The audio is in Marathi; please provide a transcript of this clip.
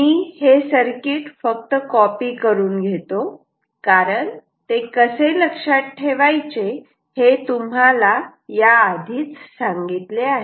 मी हे सर्किट फक्त कॉपी करून घेतो कारण ते कसे लक्षात ठेवायचे हे तुम्हाला याआधीच सांगितले आहे